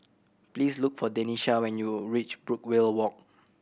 please look for Denisha when you reach Brookvale Walk